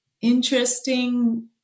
interesting